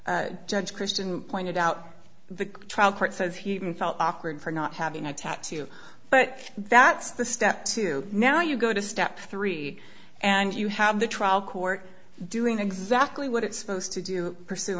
judge kristen pointed out the trial court says he even felt awkward for not having a tattoo but that's the step to now you go to step three and you have the trial court doing exactly what it's supposed to do pursu